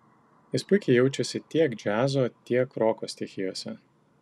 jis puikiai jaučiasi tiek džiazo tiek roko stichijose